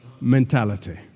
mentality